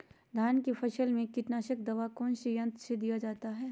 धान की फसल में कीटनाशक दवा कौन सी यंत्र से दिया जाता है?